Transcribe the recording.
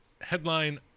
headline